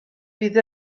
fydd